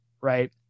right